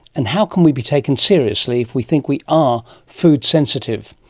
and how can we be taken seriously if we think we are food sensitive?